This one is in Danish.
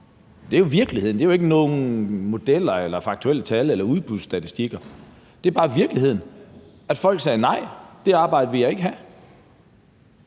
Det er jo virkeligheden. Det er jo ikke nogle modeller eller nogle tal eller udbudsstatistikker. Det var bare virkeligheden, at folk sagde: Nej, det arbejde vil jeg ikke have.